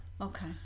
okay